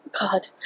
God